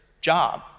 job